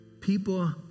People